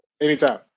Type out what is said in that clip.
anytime